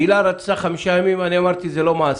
הילה רצתה חמישה ימים, אני אמרתי שזה לא מעשי,